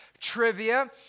trivia